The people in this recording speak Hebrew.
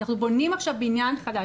אנחנו בונים עכשיו בניין חדש.